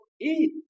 eat